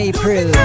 April